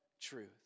truth